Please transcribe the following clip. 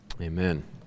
Amen